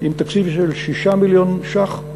התחיל המשרד עם תקציב של 6 מיליון ש"ח,